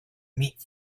meat